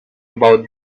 about